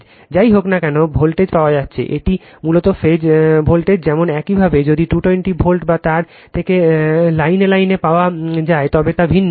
Refer Time 1033 যাই হোক না কেন ভোল্টেজ পাওয়া যাচ্ছে এটি মূলত ফেজ ভোল্টেজ যেমন একইভাবে যদি 220 ভোল্ট বা তার থেকে লাইনে লাইনে পাওয়া যায় তবে তা ভিন্ন